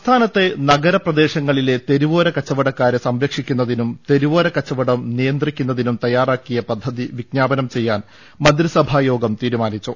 സംസ്ഥാനത്തെ നഗര പ്രദേശങ്ങളിലെ തെരുവോര കച്ചവടക്കാ രെ സംരക്ഷിക്കുന്നതിനും തെരുവോര കച്ചവടം നിയന്ത്രിക്കുന്നതിനും തയാറാക്കിയ പദ്ധതി വിജ്ഞാപനം ചെയ്യാൻ മന്ത്രിസഭാ യോഗം തീരു മാനിച്ചു